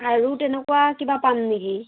আৰু তেনেকুৱা কিবা পাম নেকি